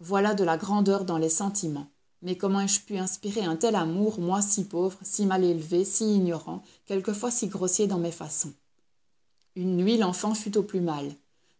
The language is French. voilà de la grandeur dans les sentiments mais comment ai-je pu inspirer un tel amour moi si pauvre si mal élevé si ignorant quelquefois si grossier dans mes façons une nuit l'enfant fut au plus mal